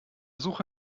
suche